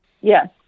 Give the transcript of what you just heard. Yes